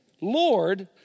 Lord